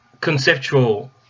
conceptual